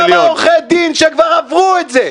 כמה עורכי דין שכבר עברו את זה,